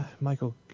Michael